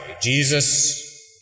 Jesus